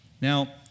Now